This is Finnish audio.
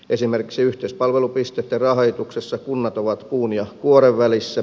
esimerkiksi yhteispalvelupisteitten rahoituksessa kunnat ovat puun ja kuoren välissä